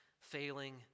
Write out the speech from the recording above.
failing